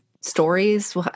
stories